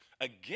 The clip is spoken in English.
again